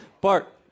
Bart